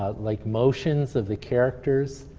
like motions of the characters,